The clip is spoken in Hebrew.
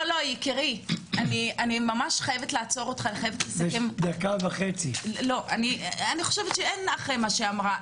אני חושבת שאין מה לומר אחרי מה שהיא אמרה,